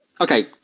Okay